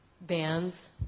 bands